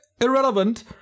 irrelevant